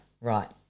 Right